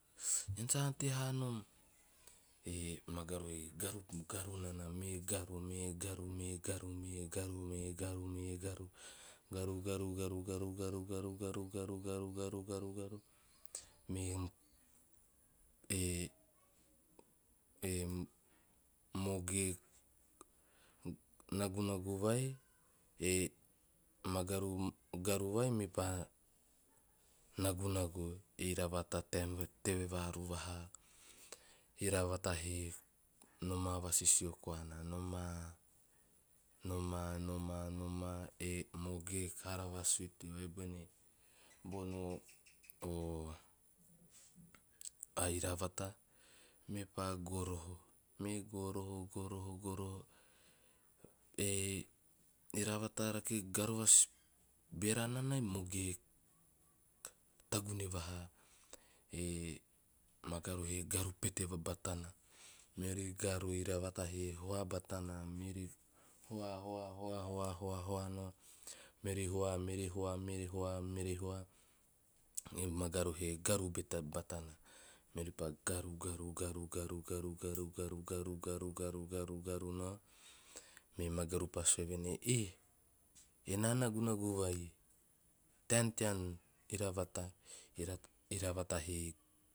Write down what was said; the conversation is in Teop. "Ean sa ante haa nom." E magaru hee garu nana, me garu- me garu, garu- garu, me mage nagunagu vai, e magaru garu vai mepa nagunagu e iravata, taem teve varu vahaa. Iravata he, nomaa vasisio koana, nomaa- nomaa e mage hara va suiti vai bene, bono a iravata mepa goroho, me goroho- me goroho e iravata rake garu va bera nana e mage he tagune vahaa. E magaru he garu pete batana, meori garu, e iravata he hoa batana, meori hoa- hoa nao, meori hoa- hoa e magaru he garu pete batana. Meori pa garu- garu nao, me magaru pa sue voen ei, "eh, enaa nagunagu vai, taem tean iravata." Iravata he